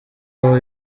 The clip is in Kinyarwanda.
aho